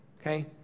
okay